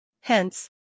Hence